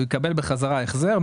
הוא יקבל בחזרה את ההחזר.